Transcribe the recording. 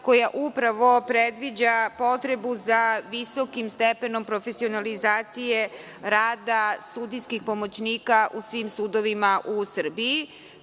koja upravo predviđa potrebu za visokim stepenom profesionalizacije rada sudijskih pomoćnika u svim sudovima u Srbiji. Takođe,